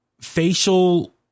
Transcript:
facial